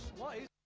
why